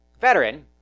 veteran